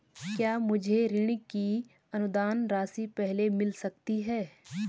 क्या मुझे ऋण की अनुदान राशि पहले मिल सकती है?